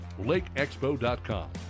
LakeExpo.com